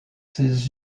ses